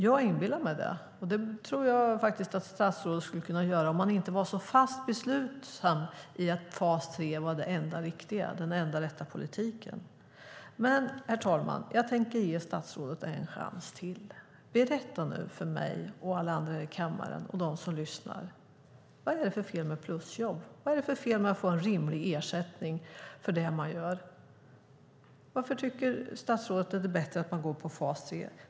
Jag inbillar mig det, och det tror jag att statsrådet också skulle kunna göra om hon inte var så fast besluten om att fas 3 var det enda viktiga och den enda rätta politiken. Herr talman! Jag tänker ge statsrådet en chans till. Berätta nu för mig, alla andra i kammaren och dem som lyssnar: Vad är det för fel med plusjobb? Vad är det för fel med att få en rimlig ersättning för det man gör? Varför tycker statsrådet att det är bättre att man går på fas 3?